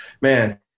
man